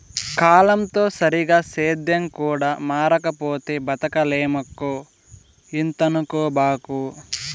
కాలంతో సరిగా సేద్యం కూడా మారకపోతే బతకలేమక్కో ఇంతనుకోబాకు